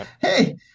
hey